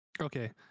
Okay